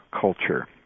culture